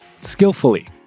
skillfully